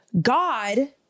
God